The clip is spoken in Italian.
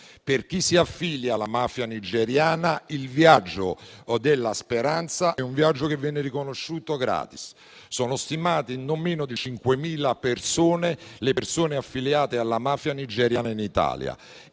Per chi si affilia alla mafia nigeriana il viaggio della speranza viene riconosciuto gratis. Sono stimate in non meno di 5.000 le persone affiliate alla mafia nigeriana in Italia.